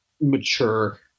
mature